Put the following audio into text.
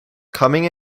coming